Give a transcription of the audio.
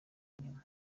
inyuma